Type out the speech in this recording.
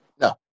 No